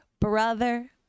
brother